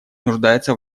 нуждается